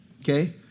Okay